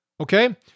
Okay